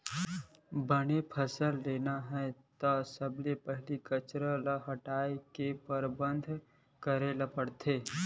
बने फसल लेना हे त सबले पहिली बन कचरा ल हटाए के परबंध करे ल परथे